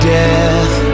death